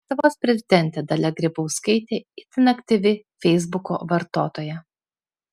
lietuvos prezidentė dalia grybauskaitė itin aktyvi feisbuko vartotoja